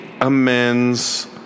amends